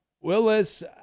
Willis